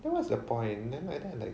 then what's the point then like that like